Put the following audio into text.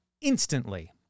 instantly